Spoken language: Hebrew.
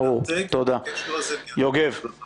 צריך לנתק את --- תודה רבה.